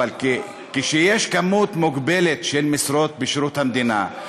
אבל כשיש כמות מוגבלת של משרות בשירות המדינה,